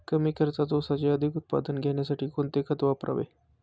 कमी खर्चात ऊसाचे अधिक उत्पादन घेण्यासाठी कोणते खत वापरावे?